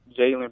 Jalen